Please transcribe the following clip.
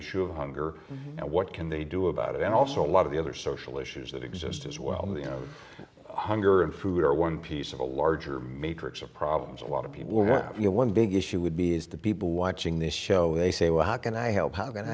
issue of hunger and what can they do about it and also a lot of the other social issues that exist as well hunger and food are one piece of a larger matrix of problems a lot of people want you know one big issue would be is the people watching this show they say well how can i help h